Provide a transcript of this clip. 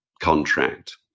contract